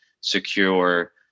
secure